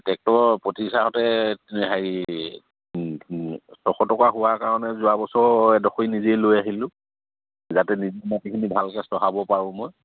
ট্ৰেক্টৰৰ প্ৰতি চাহতে হেৰি ছশ টকা হোৱাৰ কাৰণে যোৱা বছৰ এডোখৰি নিজেই লৈ আহিলোঁ যাতে নিজে মাটিখিনি ভালকৈ চহাব পাৰোঁ মই